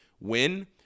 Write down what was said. Win